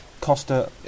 Costa